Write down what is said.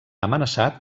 amenaçat